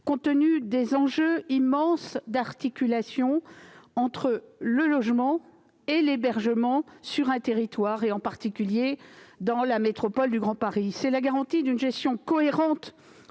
compte tenu des enjeux immenses d'articulation entre le logement et l'hébergement sur un territoire, en particulier dans la métropole du Grand Paris. C'est la garantie d'une gestion cohérente